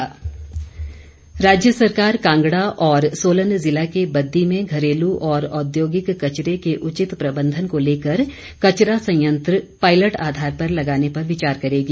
कचरा संयंत्र राज्य सरकार कांगड़ा और सोलन जिला के बद्दी में घरेलु और औद्योगिक कचरे के उचित प्रबंधन को लेकर कचरा संयंत्र पायलट आधार पर लगाने पर विचार करेगी